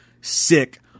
sick